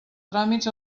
tràmits